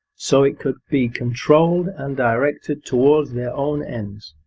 so it could be controlled and directed towards their own ends.